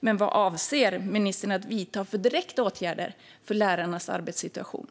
Vilka direkta åtgärder avser ministern att vidta för lärarnas arbetssituation?